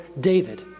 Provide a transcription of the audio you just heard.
David